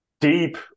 deep